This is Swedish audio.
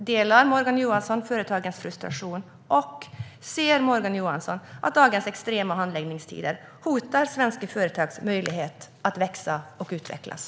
Delar Morgan Johansson företagens frustration? Och ser Morgan Johansson att dagens extrema handläggningstider hotar svenska företags möjlighet att växa och utvecklas?